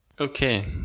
Okay